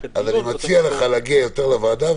רק הדיון --- אני מציע לך להגיע יותר לוועדה,